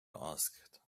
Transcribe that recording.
asked